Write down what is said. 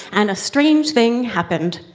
and a strange thing happened.